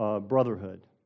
brotherhood